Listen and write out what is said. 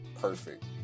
perfect